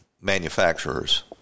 manufacturers